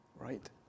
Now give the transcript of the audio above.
right